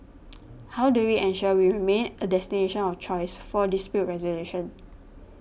how do we ensure we remain a destination of choice for dispute resolution